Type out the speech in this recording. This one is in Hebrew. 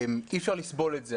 אי אפשר לסבול את זה.